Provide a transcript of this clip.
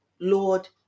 Lord